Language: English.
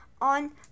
on